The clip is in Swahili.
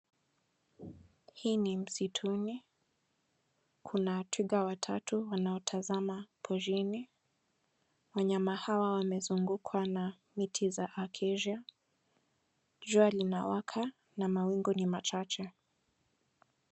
Hii ni msituni, kuna twiga watatu wanaotazama porini. Wanyama hawa wamezungukwa na miti za Acacia . Jua lina waka, na mawingu ni machache.